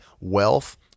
wealth